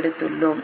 எடுத்துள்ளோம்